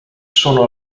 sono